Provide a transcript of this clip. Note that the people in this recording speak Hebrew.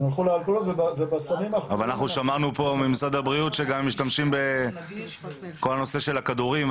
אבל אנחנו שמענו פה ממשרד הבריאות שמשתמשים עם כל הנושא של הכדורים,